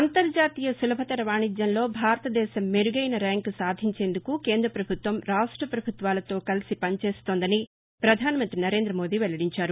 అంతర్షాతీయ సులభతర వాణిజ్యంలో భారతదేశం మెరుగైన ర్యాంకు సాధించేందుకు కేంద్ర పభుత్వం రాష్ట పభుత్వాలతో కలసి పనిచేస్తోందని ప్రధాన మంత్రి నరేంద మోదీ వెల్లడించారు